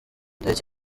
tariki